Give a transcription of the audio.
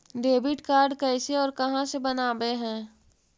Debit card कैसे और कहां से बनाबे है?